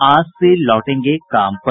आज से लौटेंगे काम पर